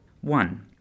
One